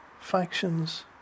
factions